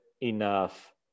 enough